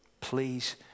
Please